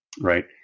right